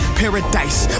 paradise